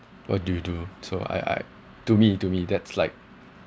what do you do so I I to me to me that's like